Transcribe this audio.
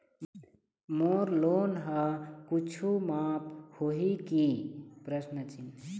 मोर loan हा कुछू माफ होही की?